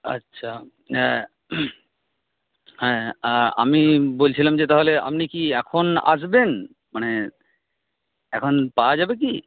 আচ্ছা হ্যাঁ হ্যাঁ আমি বলছিলাম যে তাহলে আপনি কি এখন আসবেন মানে এখন পাওয়া যাবে কি